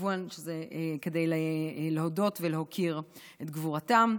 וכמובן שזה כדי להודות ולהוקיר את גבורתם.